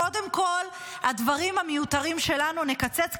קודם כול את הדברים המיותרים שלנו נקצץ,